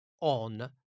on